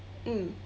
mm